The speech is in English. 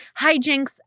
hijinks